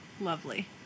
Lovely